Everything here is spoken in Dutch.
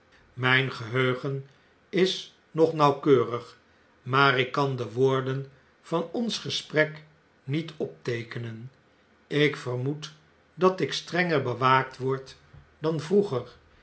mjjn geheugen is nog nauwkeurig maarik kan de woorden van ons gesprek niet opteekenen ik vermoed dat ik strenger bewaakt word dan vroeger